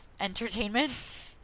entertainment